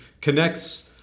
connects